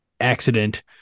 accident